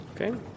Okay